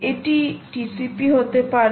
এটি TCP হতে পারে